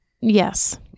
Yes